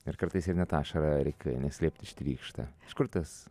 ir kartais ir net ašara reikia neslėpti ištrykšta iš kur tas